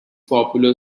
popular